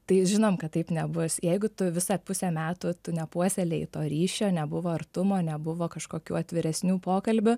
tai žinom kad taip nebus jeigu tu visą pusę metų tu nepuoselėji to ryšio nebuvo artumo nebuvo kažkokių atviresnių pokalbių